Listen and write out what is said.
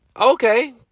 okay